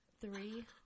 three